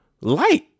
light